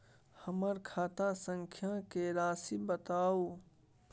हमर खाता संख्या के राशि बताउ